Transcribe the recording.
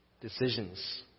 decisions